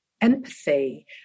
empathy